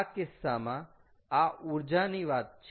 આ કિસ્સામાં આ ઊર્જાની વાત છે